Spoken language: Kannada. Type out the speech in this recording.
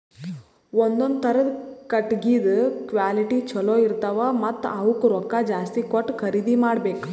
ಒಂದೊಂದ್ ಥರದ್ ಕಟ್ಟಗಿದ್ ಕ್ವಾಲಿಟಿ ಚಲೋ ಇರ್ತವ್ ಮತ್ತ್ ಅವಕ್ಕ್ ರೊಕ್ಕಾ ಜಾಸ್ತಿ ಕೊಟ್ಟ್ ಖರೀದಿ ಮಾಡಬೆಕ್